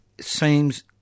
seems